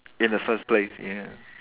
in the first place ya